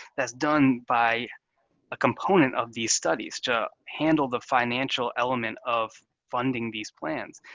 that's done by a component of these studies to handle the financial element of funding these plans.